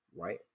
right